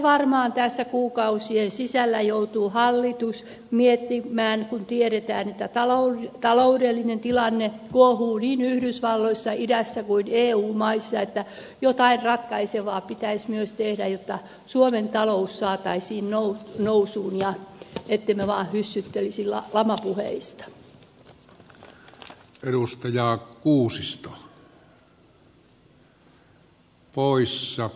varmaan tässä kuukausien sisällä joutuu hallitus miettimään kun tiedetään että taloudellinen tilanne kuohuu niin yhdysvalloissa idässä kuin eu maissakin että jotain ratkaisevaa pitäisi myös tehdä jotta suomen talous saataisiin nousuun ettemme vaan hyssyttelisi lamapuheista